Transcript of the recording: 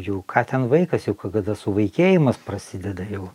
jų ką ten vaikas jau kai kada suvaikėjimas prasideda jau